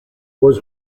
was